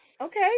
okay